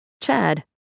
Chad